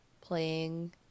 playing